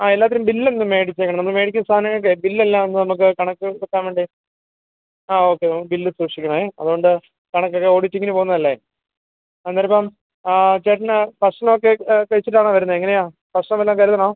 ആ എല്ലാത്തിനും ബില്ലൊന്ന് മേടിച്ചേക്കണം നമ്മൾ മേടിക്കുന്ന സാധനങ്ങളൊക്കെ ബില്ലെല്ലാം ഒന്ന് നമുക്ക് കണക്ക് കിട്ടാൻ വേണ്ടി ആ ഓക്കേ ബില്ല് സൂക്ഷിക്കണം അതോണ്ട് കണക്കൊക്കെ ഓഡിറ്റിങ്ങിനു പോകുന്നതല്ലേ അന്നേരപ്പം ചേട്ടന് ഭക്ഷണമൊക്കെ കഴിച്ചിട്ടാണോ വരുന്നത് എങ്ങനയാണ് ഭക്ഷണം വല്ലോം കരുതണോ